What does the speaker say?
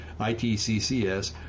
ITCCS